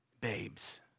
babes